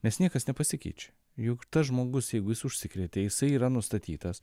nes niekas nepasikeičia juk tas žmogus jeigu jis užsikrėtė jisai yra nustatytas